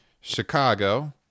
Chicago